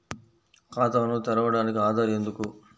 ఖాతాను తెరవడానికి ఆధార్ ఎందుకు అవసరం?